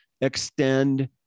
extend